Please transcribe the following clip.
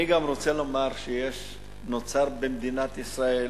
אני גם רוצה לומר שנוצר במדינת ישראל